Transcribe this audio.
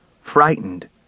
Frightened